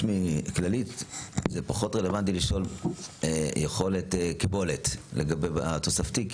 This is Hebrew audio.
מכללית זה פחות רלוונטי לשאול יכולת קיבולת לגבי התוספתי,